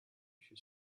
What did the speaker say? she